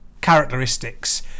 characteristics